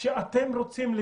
חשוב לי לשמוע לאור